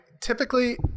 typically